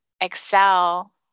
excel